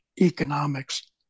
economics